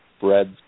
breads